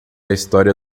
história